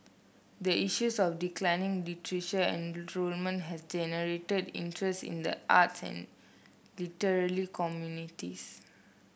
the issues of declining literature enrollment has generated interest in the arts and literary communities